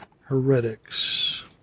Heretics